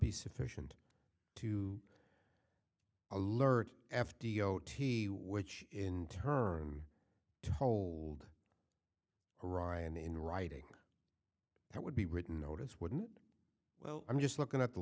be sufficient to alert f d r which in turn told her ryan in writing that would be written notice wouldn't well i'm just looking at the